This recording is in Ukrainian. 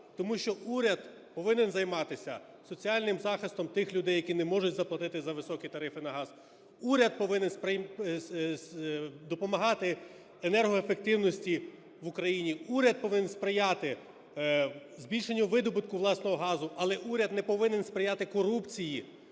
тому що уряд повинен займатися соціальним захистом тих людей, які не можуть заплатити зависокі тарифи на газ. Уряд повинен допомагати енергоефективності в Україні, уряд повинен сприяти збільшенню видобутку власного газу, але уряд не повинен сприяти корупції